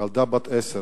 ילדה בת עשר